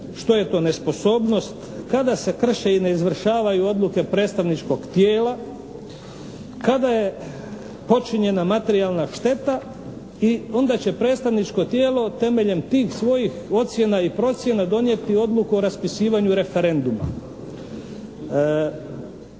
što je to nesposobnost, kada se krše i ne izvršavaju odluke predstavničkog tijela, kada je počinjena materijalna šteta i onda će predstavničko tijelo temeljem tih svojih ocjena i procjena donijeti odluku o raspisivanju referenduma.